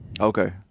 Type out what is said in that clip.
okay